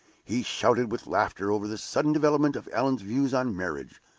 he shouted with laughter over the sudden development of allan's views on marriage,